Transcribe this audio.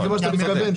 זה בתוך ההגדרה.